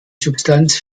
substanz